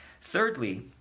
Thirdly